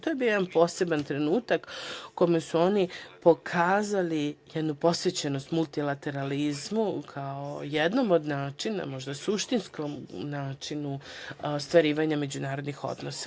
To je bio jedan poseban trenutak u kome su oni pokazali jednu posvećenost multilateralizmu kao jednom od načina, možda suštinskog načina ostvarivanja međunarodnih odnosa.